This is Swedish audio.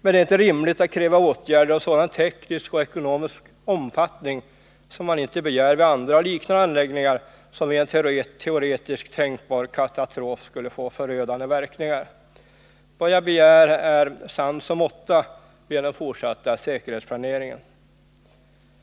men det är inte rimligt att kräva åtgärder av sådan teknisk och ekonomisk omfattning som man inte begär vid andra och liknande anläggningar vilka vid en teoretiskt tänkbar katastrof skulle få förödande verkningar. Vad jag begär är sans och måtta vid den fortsatta säkerhetsplaneringen.